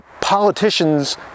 politicians